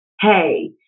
Hey